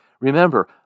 Remember